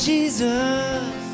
Jesus